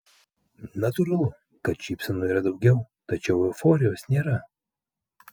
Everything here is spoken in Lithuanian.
natūralu kad šypsenų yra daugiau tačiau euforijos nėra